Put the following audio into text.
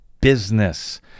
business